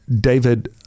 David